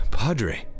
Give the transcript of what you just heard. Padre